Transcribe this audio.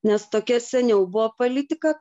nes tokia seniau buvo politika